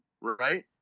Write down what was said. right